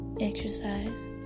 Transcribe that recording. Exercise